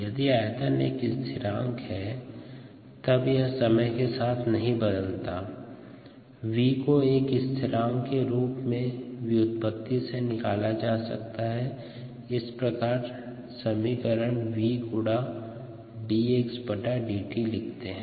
यदि आयतन एक स्थिरांक है तब यह समय के साथ नहीं बदलता है इसलिए V को एक स्थिरांक के रूप में व्युत्पत्ति से निकाला जा सकता है इस प्रकार समीकरण V गुणा 𝑑x𝑑𝑡 लिखते है